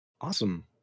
Awesome